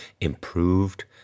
Improved